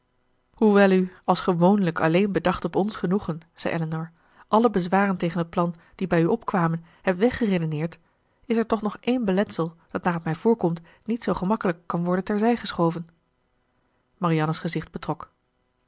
hoewel u als gewoonlijk alleen bedacht op ons genoegen zei elinor alle bezwaren tegen het plan die bij u opkwamen hebt weggeredeneerd is er toch nog één beletsel dat naar t mij voorkomt niet zoo gemakkelijk kan worden terzij geschoven marianne's gezicht betrok